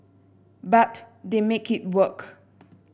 but they make it work